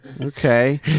Okay